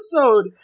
episode